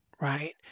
right